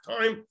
time